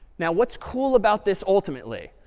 now, what's cool about this ultimately?